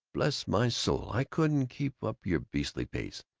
bless my soul, i couldn't keep up your beastly pace!